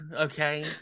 Okay